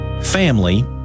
family